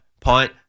punt